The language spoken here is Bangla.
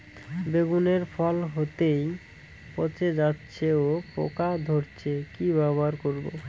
বেগুনের ফল হতেই পচে যাচ্ছে ও পোকা ধরছে কি ব্যবহার করব?